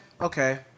okay